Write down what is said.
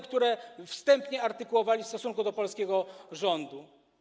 które wstępnie artykułowali w stosunku do polskiego rządu?